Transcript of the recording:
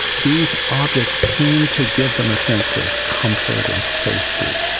these objects seem to give them a sense of comfort and safety.